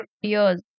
years